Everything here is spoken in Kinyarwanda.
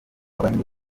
abahinde